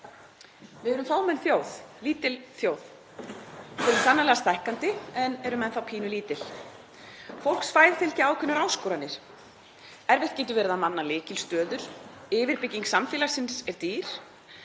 Við erum fámenn þjóð, lítil þjóð. Við förum sannarlega stækkandi en erum enn þá pínulítil. Fólksfæð fylgja ákveðnar áskoranir; erfitt getur verið að manna lykilstöður og yfirbygging samfélagsins er dýr